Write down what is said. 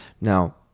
Now